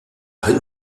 rive